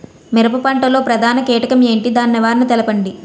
మిరప పంట లో ప్రధాన కీటకం ఏంటి? దాని నివారణ తెలపండి?